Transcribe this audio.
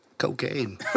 Cocaine